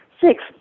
Six